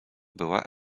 była